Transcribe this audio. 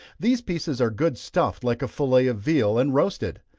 these pieces are good stuffed like a fillet of veal, and roasted.